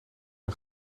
een